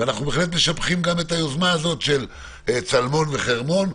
ואנחנו בהחלט משבחים גם את היוזמה הזאת של צלמון וחרמון,